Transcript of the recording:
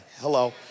Hello